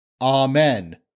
Amen